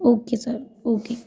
okay sir okay